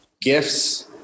gifts